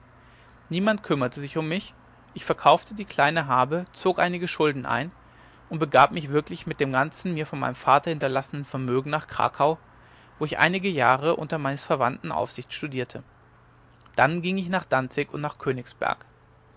niemand bekümmerte sich um mich ich verkaufte die kleine habe zog einige schulden ein und begab mich wirklich mit dem ganzen mir von meinem vater hinterlassenen vermögen nach krakau wo ich einige jahre unter meines verwandten aufsicht studierte dann ging ich nach danzig und nach königsberg